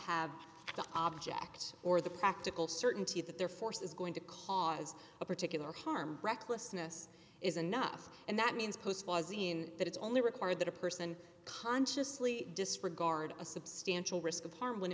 have the object or the practical certainty that their force is going to cause a particular harm recklessness is enough and that means post was seen that it's only required that a person consciously disregard a substantial risk of harm when